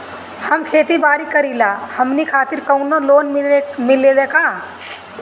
हम खेती बारी करिला हमनि खातिर कउनो लोन मिले ला का?